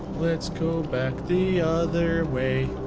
let's go back the other way.